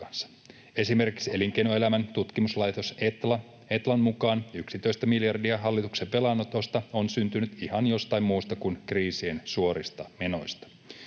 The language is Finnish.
Esimerkiksi Elinkeinoelämän tutkimuslaitos Etlan mukaan 11 miljardia hallituksen velanotosta on syntynyt ihan jostain muusta kuin kriisien suorista menoista.